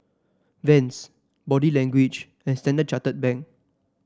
Vans Body Language and Standard Chartered Bank